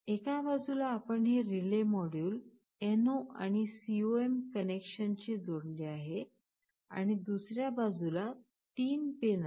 एका बाजूला आपण हे रिले मॉड्यूल NO आणि COM कनेक्शनशी जोडलेले आहे आणि दुसर्या बाजूला 3 पिन आहेत